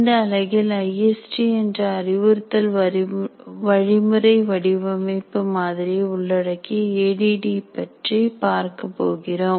இந்த அலகில் ஐஎஸ்டி என்ற அறிவுறுத்தல் வழிமுறை வடிவமைப்பு மாதிரியை உள்ளடக்கிய ஏ டி டி பற்றி பார்க்கப் போகிறோம்